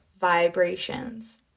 vibrations